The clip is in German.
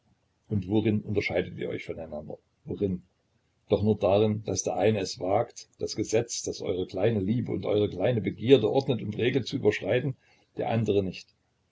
und worin unterscheidet ihr euch von einander worin doch nur darin daß der eine es wagt das gesetz das eure kleine liebe und eure kleinen begierden ordnet und regelt zu überschreiten der andere nicht